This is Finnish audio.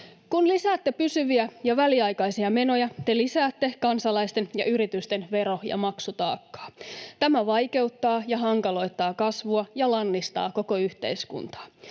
Kun lisäätte pysyviä ja väliaikaisia menoja, te lisäätte kansalaisten ja yritysten vero- ja maksutaakkaa. Tämä vaikeuttaa ja hankaloittaa kasvua ja lannistaa koko yhteiskuntaa.